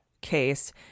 case